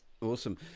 Awesome